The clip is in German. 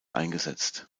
eingesetzt